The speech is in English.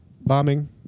bombing